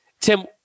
Tim